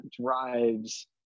drives